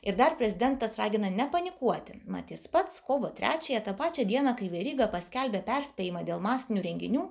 ir dar prezidentas ragina nepanikuoti mat jis pats kovo trečiąją tą pačią dieną kai veryga paskelbė perspėjimą dėl masinių renginių